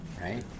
right